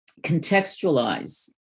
contextualize